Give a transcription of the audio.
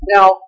Now